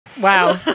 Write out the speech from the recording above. Wow